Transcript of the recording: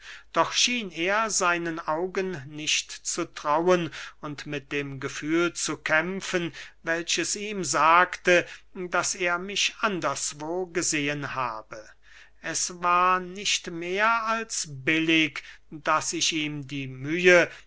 doch schien er seinen augen nicht zu trauen und mit dem gefühl zu kämpfen welches ihm sagte daß er mich anderswo gesehen habe es war nicht mehr als billig daß ich ihm die mühe